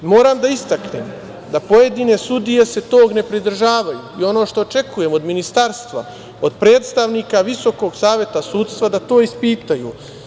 Moram da istaknem da pojedine sudije se tog ne pridržavaju, i ono što očekujem od Ministarstva, od predstavnika Visokog saveta sudstva, da to ispitaju.